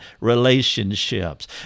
Relationships